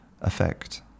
effect